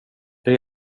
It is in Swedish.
det